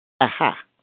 Aha